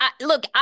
look